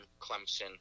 Clemson